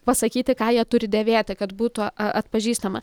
pasakyti ką jie turi dėvėti kad būtų a atpažįstama